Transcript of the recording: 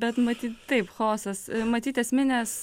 bet matyt taip chaosas matyt esminės